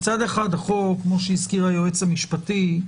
מצד אחד החוק, כמו שהזכיר היועץ המשפטי,